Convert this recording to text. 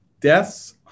Deaths